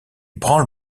branle